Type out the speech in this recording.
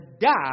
die